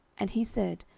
and he said,